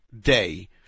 day